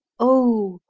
oh,